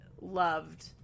loved